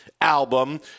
album